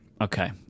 Okay